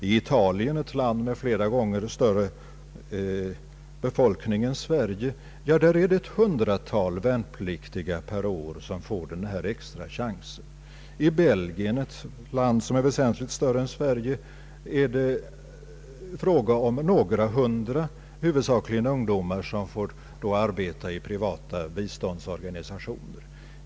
I Italien — ett land med flera gånger större befolkning än Sverige — får ett hundratal värnpliktiga per år denna extrachans. I Belgien — ett land som har väsentligt större folkmängd än Sverige — är det fråga om några hundra, huvudsakligen ungdomar som får arbeta i privata biståndsorganisationer.